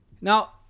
Now